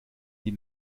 die